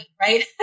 right